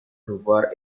devoir